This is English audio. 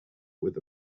with